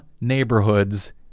neighborhoods